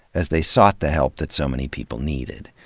as they sought the help that so many people needed.